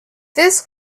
this